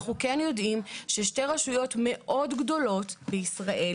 אנחנו כן יודעים ששתי רשויות מאוד גדולות בישראל,